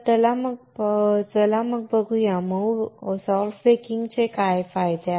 चला तर मग पाहूया मऊ बेकिंगचे काय फायदे आहेत